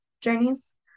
journeys